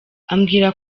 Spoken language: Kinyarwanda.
ambwira